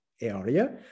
area